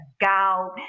gout